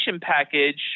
package